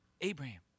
Abraham